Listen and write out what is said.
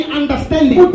understanding